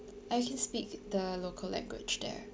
I can speak the local language there